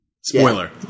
Spoiler